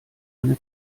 eine